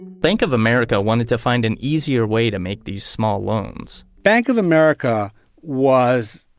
bank of america wanted to find an easier way to make these small loans bank of america was,